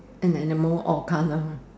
an animal or colour